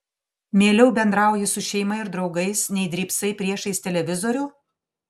mieliau bendrauji su šeima ir draugais nei drybsai priešais televizorių